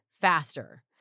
faster